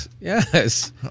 Yes